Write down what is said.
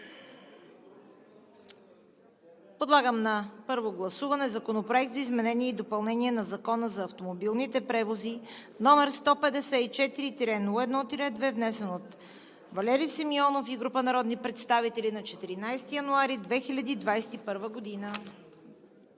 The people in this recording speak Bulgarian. Подлагам на първо гласуване Законопроект за изменение и допълнение на Закона за автомобилните превози, № 154-01-2, внесен от Валери Симеонов и група народни представители на 14 януари 2021 г.